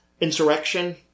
Insurrection